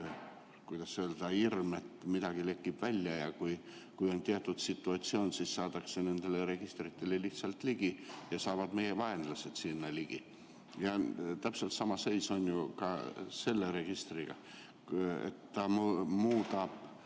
alati on hirm, et midagi lekib välja ja kui on teatud situatsioon, siis saadakse nendele registritele lihtsalt ligi ja saavad meie vaenlased sinna ligi. Ja täpselt sama seis on ju ka selle registriga. Ta muudab